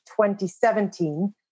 2017